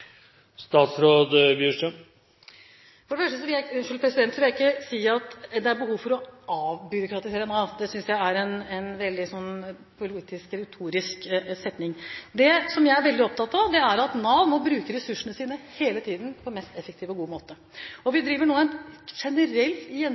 For det første vil jeg ikke si at det er behov for å avbyråkratisere Nav. Det synes jeg er en veldig politisk, retorisk setning. Det jeg er veldig opptatt av, er at Nav må bruke ressursene sine på en mest mulig effektiv og god måte